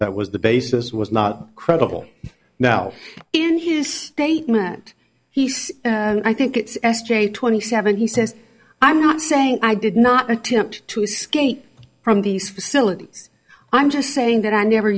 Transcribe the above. that was the basis was not credible now in his statement he said i think it's s j twenty seven he says i'm not saying i did not attempt to escape from these facilities i'm just saying that i never